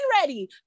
ready